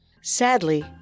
Sadly